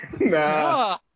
Nah